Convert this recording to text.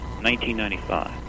1995